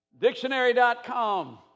Dictionary.com